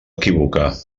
equivocar